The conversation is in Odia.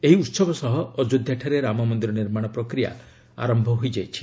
ଏହି ଉତ୍ସବ ସହ ଅଯୋଧ୍ୟାଠାରେ ରାମ ମନ୍ଦିର ନିର୍ମାଣ ପ୍ରକ୍ରିୟା ଆରମ୍ଭ ହୋଇଯାଇଛି